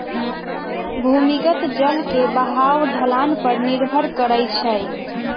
भूमिगत जल के बहाव ढलान पर निर्भर करई छई